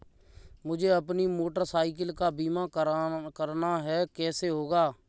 मुझे अपनी motor cycle का बीमा करना है कैसे होगा?